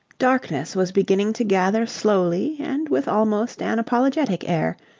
darkness was beginning to gather slowly and with almost an apologetic air,